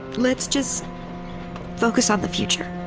let's just focus on the future